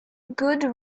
good